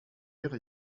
mère